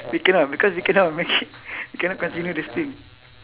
we cannot because we cannot make we cannot continue this thing